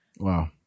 wow